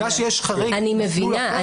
אני מבינה,